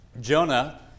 Jonah